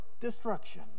destruction